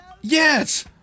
Yes